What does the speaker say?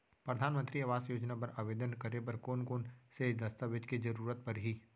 परधानमंतरी आवास योजना बर आवेदन करे बर कोन कोन से दस्तावेज के जरूरत परही?